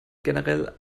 generell